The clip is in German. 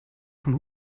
von